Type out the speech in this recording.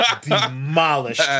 demolished